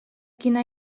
quina